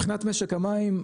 מבחינת משק המים,